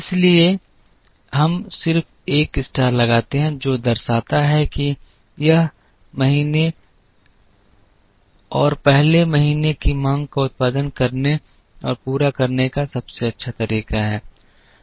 इसलिए हम सिर्फ एक स्टार लगाते हैं जो दर्शाता है कि यह पहले महीने की मांग का उत्पादन करने और पूरा करने का सबसे अच्छा तरीका है